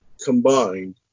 Combined